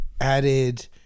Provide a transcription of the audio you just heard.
added